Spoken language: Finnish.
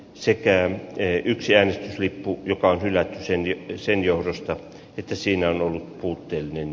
sekään ei yksi äänestyslippu joka kyllä sen ykkösen johdosta että siinä on puutteellinen